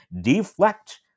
deflect